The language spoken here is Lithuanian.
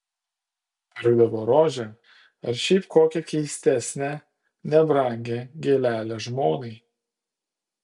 pirkdavo rožę ar šiaip kokią keistesnę nebrangią gėlelę žmonai